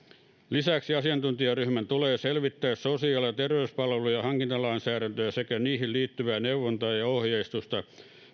lisäksi asiantuntijaryhmän tulee selvittää sosiaali ja terveyspalveluja ja hankintalainsäädäntöä sekä niihin liittyvää neuvontaa ja ohjeistusta